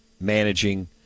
managing